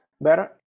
better